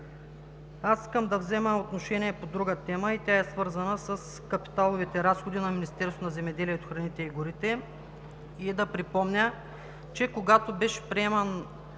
Аз искам да взема отношение по друга тема и тя е свързана с капиталовите разходи на Министерството на земеделието, храните и горите и да припомня, че когато беше приеман